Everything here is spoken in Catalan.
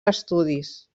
estudis